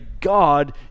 God